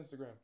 Instagram